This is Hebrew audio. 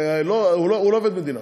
הוא לא עובד מדינה.